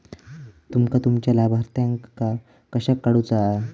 तुमका तुमच्या लाभार्थ्यांका कशाक काढुचा हा?